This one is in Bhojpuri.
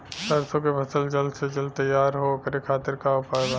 सरसो के फसल जल्द से जल्द तैयार हो ओकरे खातीर का उपाय बा?